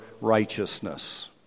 righteousness